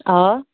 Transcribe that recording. آ